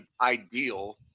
ideal